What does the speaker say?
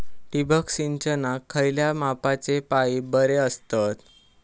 ठिबक सिंचनाक खयल्या मापाचे पाईप बरे असतत?